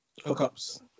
Hookups